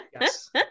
yes